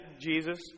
Jesus